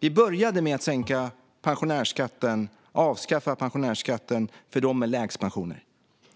Vi började med att avskaffa pensionärsskatten för dem med lägst pensioner.